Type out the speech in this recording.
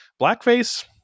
blackface